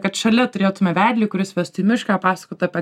kad šalia turėtume vedlį kuris vestų į mišką pasakotų apie